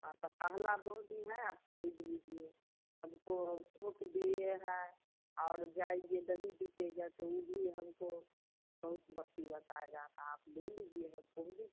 हाँ तो पहली बोहनी है आप ख़रीद लीजिए हमको वह टोक दिए हैं और जाइए नहीं बिकेगा तो वह भी हमको बहुत बती होता है जाना आप ले लीजिए ना